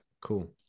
cool